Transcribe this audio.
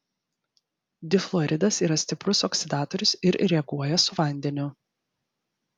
difluoridas yra stiprus oksidatorius ir reaguoja su vandeniu